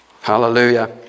Hallelujah